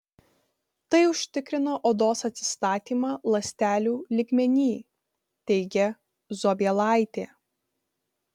tai užtikrina odos atsistatymą ląstelių lygmenyj teigė zobielaitė